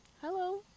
hello